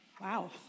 Wow